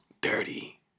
Dirty